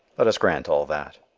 let us grant all that.